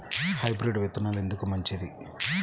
Hybrid విత్తనాలు ఎందుకు మంచిది?